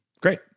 Great